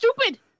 stupid